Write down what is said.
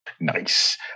Nice